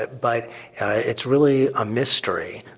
but but it's really a mystery,